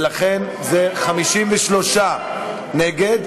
ולכן זה 53 נגד.